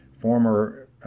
former